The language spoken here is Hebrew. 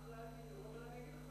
אחרי הגיור.